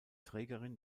trägerin